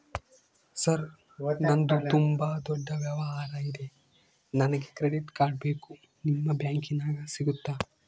Sir ನಂದು ತುಂಬಾ ದೊಡ್ಡ ವ್ಯವಹಾರ ಇದೆ ನನಗೆ ಕ್ರೆಡಿಟ್ ಕಾರ್ಡ್ ಬೇಕು ನಿಮ್ಮ ಬ್ಯಾಂಕಿನ್ಯಾಗ ಸಿಗುತ್ತಾ?